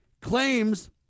claims